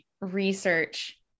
research